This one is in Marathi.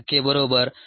1 0